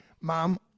mom